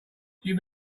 you